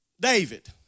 David